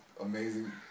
amazing